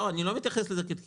אני לא מתייחס לזה כאל תקיפה.